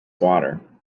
water